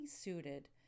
suited